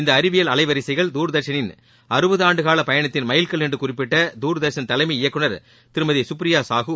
இந்த அறிவியல் அலைவரிசைகள் துர்தர்ஷனின் அறுபது ஆண்டுகால பயணத்தின் மைல்கல் என்று குறிப்பிட்ட தூர்தர்ஷன் தலைமை இயக்குநர் திருமதி சுப்ரியா சாகு